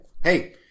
hey